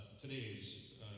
today's